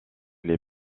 les